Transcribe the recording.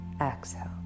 Exhale